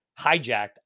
hijacked